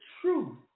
truth